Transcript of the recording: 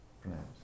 pronounced